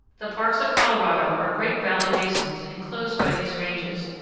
the parks of colorado are great valley basins enclosed by these ranges,